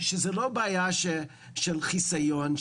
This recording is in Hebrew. שזה לא בעיה של חיסיון,